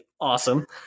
awesome